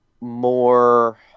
more